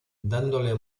dándole